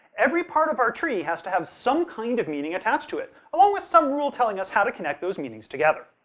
every part of our tree has to have some kind of meaning attached to it, along with some rule telling us how to connect those meanings together.